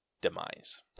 demise